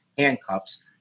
handcuffs